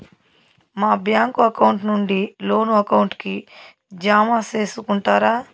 మా bank account నుండి loan account కి జామ సేసుకుంటారా?